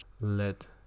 let